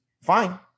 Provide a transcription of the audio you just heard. fine